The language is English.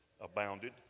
abounded